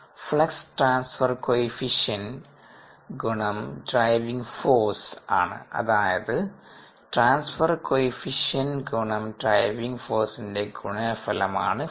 flux transfer coefficient ഗുണം driving force ആണ് അതായത് ട്രാൻസ്ഫർ കോഎഫിഷ്യന്റ് ഗുണം ഡ്രൈവിംഗ് ഫോഴ്സിന്റെ ഗുണനഫലം ആണ് ഫ്ലക്സ്